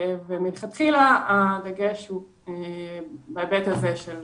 ומלכתחילה הדגש הוא בהיבט הזה של